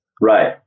Right